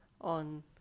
on